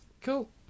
cool